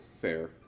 Fair